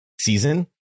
season